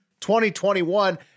2021